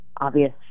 obvious